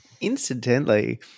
incidentally